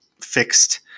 fixed